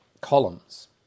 columns